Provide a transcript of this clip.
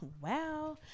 wow